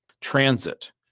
Transit